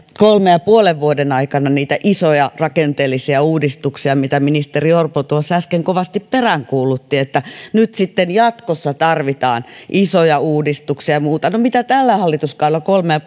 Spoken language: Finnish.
kolmen ja puolen vuoden aikana niitä isoja rakenteellisia uudistuksia mitä ministeri orpo äsken kovasti peräänkuulutti että nyt sitten jatkossa tarvitaan isoja uudistuksia ja muuta no mitä tällä hallituskaudella kolme ja